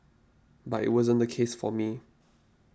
but it wasn't the case for me